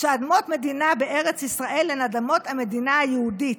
שאדמות מדינה בארץ ישראל הן אדמות המדינה היהודית,